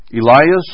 Elias